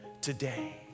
today